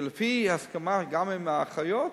ולפי הסכמה, גם עם האחיות,